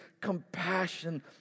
compassion